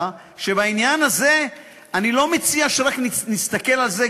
שבעניין הזה אני לא מציע שנסתכל על זה,